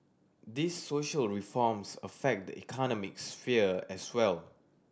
these social reforms affect the economic sphere as well